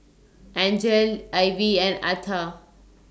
Angele Ivie and Atha